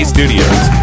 Studios